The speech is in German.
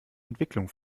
entwicklung